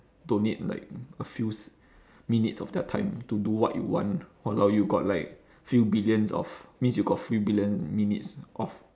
donate like a few s~ minutes of their time to do what you want !walao! you got like few billions of means you got few billion minutes of